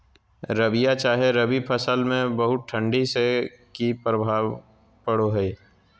रबिया चाहे रवि फसल में बहुत ठंडी से की प्रभाव पड़ो है?